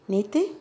நேற்று:naetru